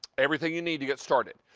everything you need to get started.